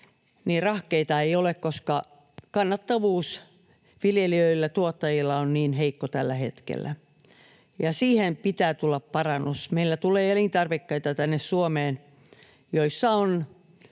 rahkeita ei ole, koska kannattavuus viljelijöillä ja tuottajilla on niin heikko tällä hetkellä, ja siihen pitää tulla parannus. Meillä tulee elintarvikkeita tänne Suomeen, joissa on